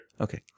Okay